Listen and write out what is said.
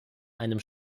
einem